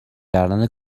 کردن